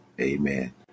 Amen